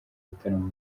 ibitaramo